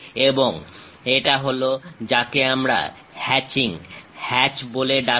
এবং এটা হলো যাকে আমরা হ্যাচিং হ্যাচ বলে ডাকি